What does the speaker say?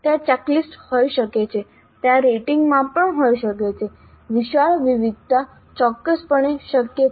ત્યાં ચેકલિસ્ટ હોઈ શકે છે ત્યાં રેટિંગ માપ હોઈ શકે છે વિશાળ વિવિધતા ચોક્કસપણે શક્ય છે